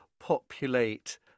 populate